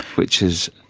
which is,